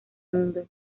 mundo